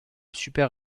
super